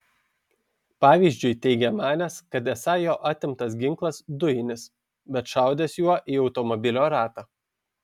pavyzdžiui teigia manęs kad esą jo atimtas ginklas dujinis bet šaudęs juo į automobilio ratą